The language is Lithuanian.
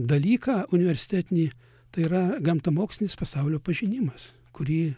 dalyką universitetinį tai yra gamtamokslinis pasaulio pažinimas kurį